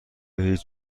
هیچ